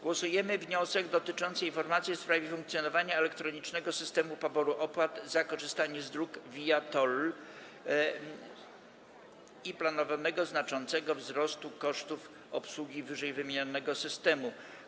Głosujemy nad wnioskiem dotyczącym informacji w sprawie funkcjonowania elektronicznego systemu poboru opłat za korzystanie z dróg viaTOLL i planowanego znaczącego wzrostu kosztów obsługi ww. systemu.